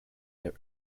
their